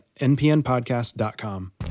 npnpodcast.com